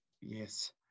Yes